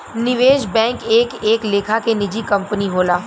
निवेश बैंक एक एक लेखा के निजी कंपनी होला